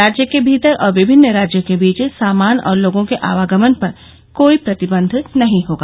राज्य के भीतर और विभिन्न राज्यों के बीच सामान और लोगों के आवागमन पर कोई प्रतिबंध नहीं होगा